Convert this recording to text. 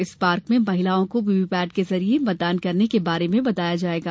इस पार्क में महिलाओं को वीवीपेट के जरिए मतदान करने के वारे में बताया जाएगा